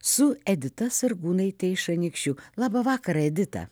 su edita sargūnaite iš anykščių labą vakarą edita